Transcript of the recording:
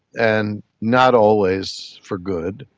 and not always for good.